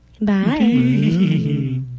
Bye